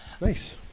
Nice